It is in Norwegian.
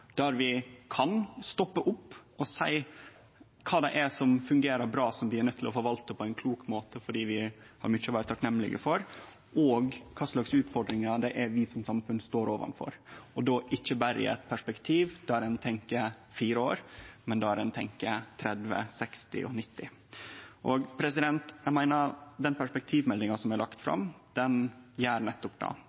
der vi kan stoppe opp og seie kva som fungerer bra, og som vi er nøydde til å forvalte på ein klok måte fordi vi har mykje å vere takknemlege for, og kva utfordringar vi som samfunn står overfor – og då ikkje berre i eit perspektiv der ein tenkjer fire år, men der ein tenkjer 30, 60 og 90 år fram i tid. Eg meiner at den perspektivmeldinga som er lagd fram, gjer nettopp